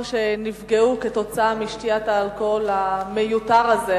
שנפגעו כתוצאה משתיית האלכוהול המיותר הזה,